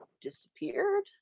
disappeared